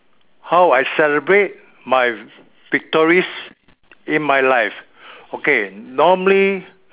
how I celebrate my victories in my life okay normally